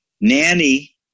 Nanny